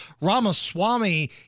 Ramaswamy